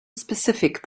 specific